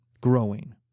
growing